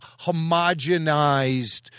homogenized